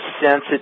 sensitive